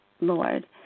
Lord